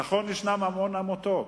נכון, יש המון עמותות,